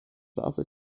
other